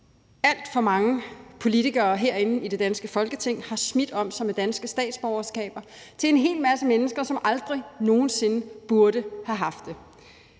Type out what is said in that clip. Alt for mange politikere herinde i det danske Folketing har smidt om sig med danske statsborgerskaber til en hel masse mennesker, som aldrig nogen sinde burde have haft det.